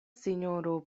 sinjoro